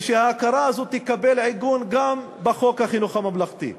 ושההכרה הזאת תקבל גם עיגון בחוק חינוך ממלכתי.